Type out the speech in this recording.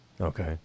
okay